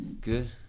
good